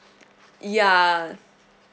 ya